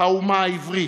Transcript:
האומה העברית,